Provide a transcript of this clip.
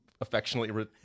affectionately